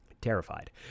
terrified